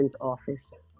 office